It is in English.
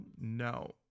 No